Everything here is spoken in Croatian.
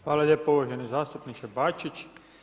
Hvala lijepo uvaženi zastupniče Bačić.